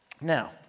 Now